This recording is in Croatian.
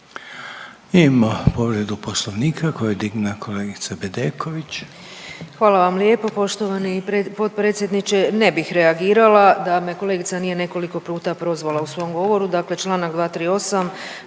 Imamo povredu Poslovnika koju je dignula kolegica Bedeković. **Bedeković, Vesna (HDZ)** Hvala vam lijepo poštovani potpredsjedniče. Ne bih reagirala da me kolegica nije nekoliko puta prozvala u svom govoru, dakle čl. 238..